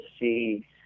see